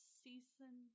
season